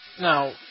Now